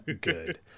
good